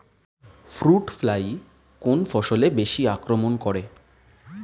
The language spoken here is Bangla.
ফ্রুট ফ্লাই কোন ফসলে বেশি আক্রমন করে?